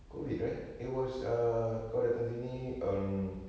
COVID right it was uh kau datang sini um